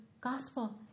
gospel